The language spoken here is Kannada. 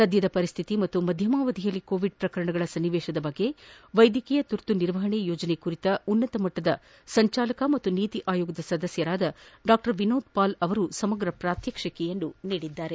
ಸದ್ಯದ ಪರಿಸ್ಥಿತಿ ಹಾಗೂ ಮಧ್ಯಮಾವಧಿಯಲ್ಲಿ ಕೋವಿಡ್ ಪ್ರಕರಣಗಳ ಸನ್ನಿವೇಶ ಕುರಿತಂತೆ ವೈದ್ಯಕೀಯ ತುರ್ತು ನಿರ್ವಹಣೆ ಯೋಜನೆ ಕುರಿತ ಉನ್ನತಮಟ್ಟದ ಸಂಚಾಲಕ ಮತ್ತು ನೀತಿ ಆಯೋಗದ ಸದಸ್ಯ ಡಾ ವಿನೋದ್ಪಾಲ್ ಅವರು ಸಮಗ್ರ ಪ್ರಾತ್ಯಕ್ಷಿಕೆಯನ್ನು ನೀಡಿದರು